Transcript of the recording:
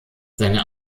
seine